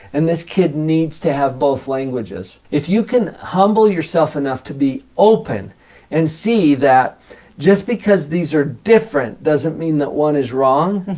and this kid needs to have both languages. if you can humble yourself enough to be open and see that just because these are different doesn't mean that one is wrong.